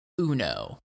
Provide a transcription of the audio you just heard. uno